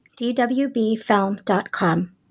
dwbfilm.com